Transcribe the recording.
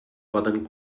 poden